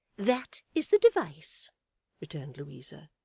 that is the device returned louisa.